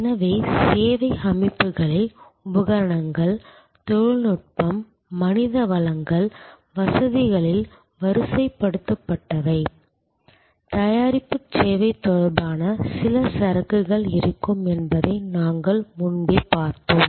எனவே சேவை அமைப்புகளில் உபகரணங்கள் தொழில்நுட்பம் மனித வளங்கள் வசதிகளில் வரிசைப்படுத்தப்பட்டவை தயாரிப்பு சேவை தொடர்பான சில சரக்குகள் இருக்கும் என்பதை நாங்கள் முன்பே பார்த்தோம்